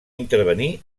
intervenir